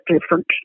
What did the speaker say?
different